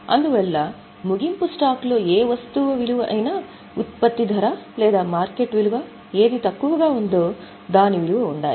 అందువల్ల ముగింపు స్టాక్ లో ఏ వస్తువు విలువ అయినా ఉత్పత్తి ధర లేదా మార్కెట్ విలువ ఏది తక్కువగా ఉందో దాని విలువ ఉండాలి